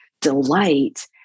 delight